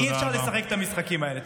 אי-אפשר לשחק את המשחקים האלה.